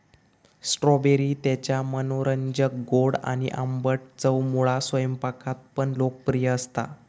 strawberry त्याच्या मनोरंजक गोड आणि आंबट चवमुळा स्वयंपाकात पण लोकप्रिय असता